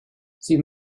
sie